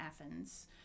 Athens